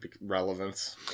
relevance